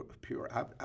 pure